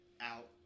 out